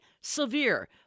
severe